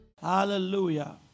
Hallelujah